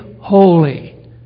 holy